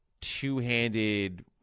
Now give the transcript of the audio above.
two-handed